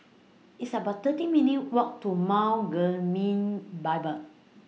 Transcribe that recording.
It's about thirteen minutes' Walk to Mount Bible